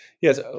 Yes